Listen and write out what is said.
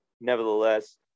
nevertheless